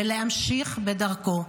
ולהמשיך בדרכו.